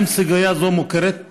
1. האם סוגיה זו מוכרת לך,